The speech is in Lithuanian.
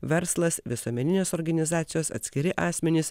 verslas visuomeninės organizacijos atskiri asmenys